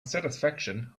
satisfaction